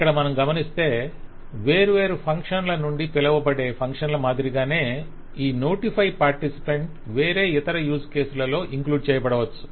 ఇక్కడ మనం గమనిస్తే వేర్వేరు ఫంక్షన్ల నుండి పిలవబడే ఫంక్షన్ల మాదిరిగానే ఈ నోటిఫై పార్టిసిపెంట్ వేరే ఇతర యూజ్ కేసులలో ఇంక్లూడ్ చేయబడవచ్చు